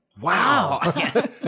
wow